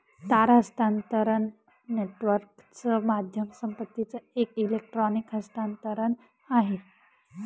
तार हस्तांतरण नेटवर्कच माध्यम संपत्तीचं एक इलेक्ट्रॉनिक हस्तांतरण आहे